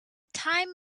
time